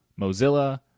Mozilla